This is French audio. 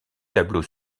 tableau